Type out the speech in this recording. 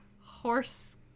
horse